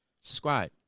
Subscribe